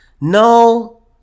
No